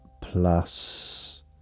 Plus